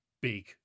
big